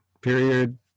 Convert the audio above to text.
period